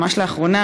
ממש לאחרונה,